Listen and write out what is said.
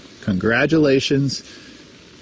Congratulations